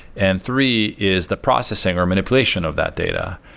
and three is the processing or manipulation of that data.